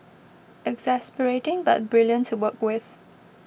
exasperating but brilliant to work with